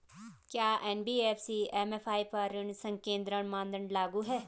क्या NBFC MFI पर ऋण संकेन्द्रण मानदंड लागू हैं?